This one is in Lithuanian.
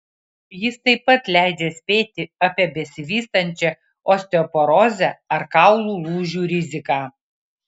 jis taip pat leidžia spėti apie besivystančią osteoporozę ar kaulų lūžių riziką